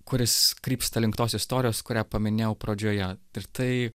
kuris krypsta link tos istorijos kurią paminėjau pradžioje ir tai